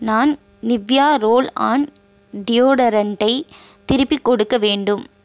நான் Nivea roll on டியோடரண்ட்டை திருப்பிக் கொடுக்க வேண்டும்